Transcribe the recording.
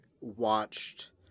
watched